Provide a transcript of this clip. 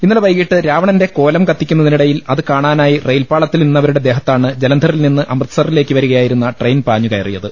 ഇന്നലെ വൈകീട്ട് രാവണന്റെ കോലം കത്തിക്കുന്നതിനിട യിൽ അത് കാണാനായി റെയിൽപ്പാളത്തിൽ നിന്നിവരുടെ ദേഹ ത്താണ് ജലന്ധറിൽ നിന്ന് അമൃത്സറിലേക്ക് വരുകയായിരുന്ന ട്രെയിൻ പാഞ്ഞു കയറിയത്